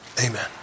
Amen